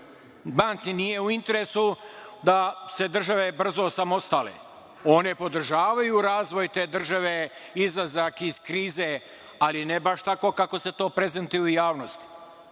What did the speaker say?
banci u interesu da se države brzo osamostale. One podržavaju razvoj te države, izlazak iz krize, ali ne baš tako kako se to prezentuje u javnosti.